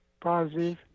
positive